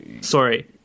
sorry